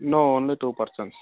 no only two persons